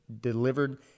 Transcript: delivered